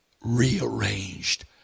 rearranged